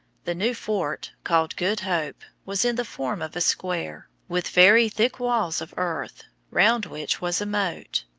the new fort, called good hope, was in the form of a square, with very thick walls of earth, round which was a moat.